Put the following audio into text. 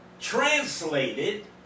translated